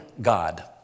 God